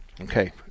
okay